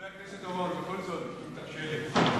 חבר הכנסת אורון, בכל זאת, אם תרשה לי.